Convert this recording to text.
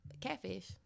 Catfish